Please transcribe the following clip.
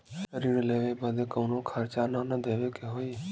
ऋण लेवे बदे कउनो खर्चा ना न देवे के होई?